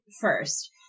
first